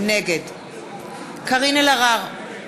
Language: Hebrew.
נגד קארין אלהרר,